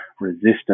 resistance